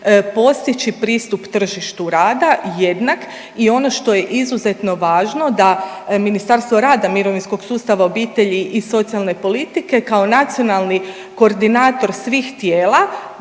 postići pristup tržištu rada jednak. I ono što je izuzetno važno da Ministarstvo rada, mirovinskog sustava, obitelji i socijalne politike kao nacionalni koordinator svih tijela